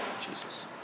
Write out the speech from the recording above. Jesus